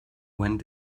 went